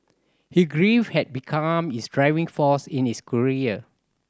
his grief had become his driving force in his career